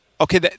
okay